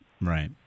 Right